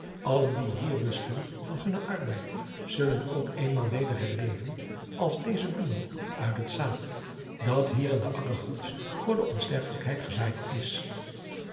allen die hier rusten van hunnen arbeid zullen ook eenmaal weder herleven als deze bloemen uit het zaad dat hier in den akker gods voor de onsterfelijkheid gezaaid is